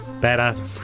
Better